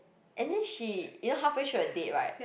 and then she you know halfway through the date right